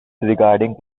regarding